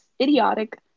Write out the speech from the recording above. idiotic